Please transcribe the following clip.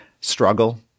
struggle